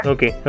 Okay